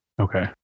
Okay